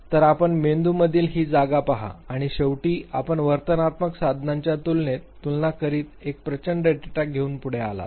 तर आपण मेंदूमधील ही जागा पहा आणि शेवटी आपण वर्तनात्मक साधनांच्या तुलनेत तुलना करीत एक प्रचंड डेटा घेऊन पुढे आलात